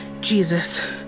Jesus